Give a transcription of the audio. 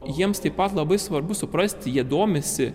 jiems taip pat labai svarbu suprasti jie domisi